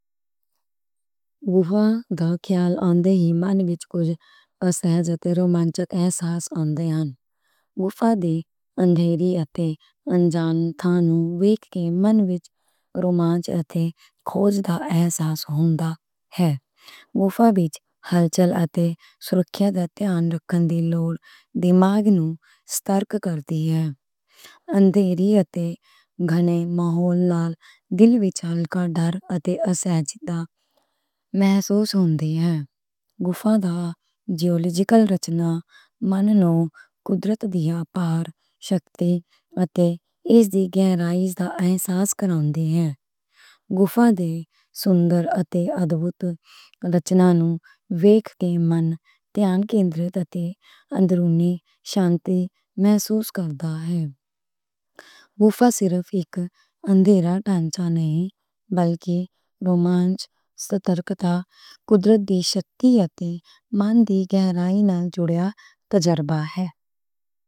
گُفا دا خیال آن دے ہی من وچ کُجھ اسہج اتے رومانچک احساس آن دے ہن۔ گُفا دی انہیری اتے انجانی تھاں نوں ویکھ کے من وچ رومانچ اتے کھوج دا احساس ہوندا ہے۔ گُفا وچ حال چال اتے سرکھیا دے دھیان رکھن دی لوڑ دماغ نوں ستھیر کر دی ہے۔ انہیری اتے گھنے ماحول نال دل وِچ والا ڈر اتے اسہجتا محسوس ہوندی ہے۔ گُفا دی جیولوجیکل رچنا مینوں قدرت دی پَر شکتی اتے اس دی گہرائی دا احساس کرواندی ہے۔ گُفا دیاں سندر اتے ادبھُت رچناں نوں ویکھ کے من دھیان کِندر تے اندرونی شانتی محسوس کردا ہے۔ گُفا صرف اک انہیرا ڈھانچا نہیں بلکہ رومانچ، ستھرتا، قدرت دی شکتی اتے من دی گہرائی نال جُڑیا تجربہ ہے۔